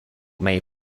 may